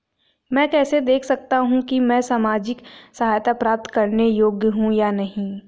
मैं कैसे देख सकता हूं कि मैं सामाजिक सहायता प्राप्त करने योग्य हूं या नहीं?